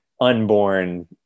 unborn